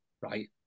right